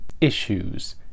issues